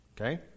Okay